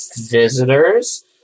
visitors